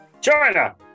China